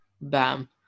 Bam